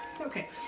Okay